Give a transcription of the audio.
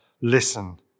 listen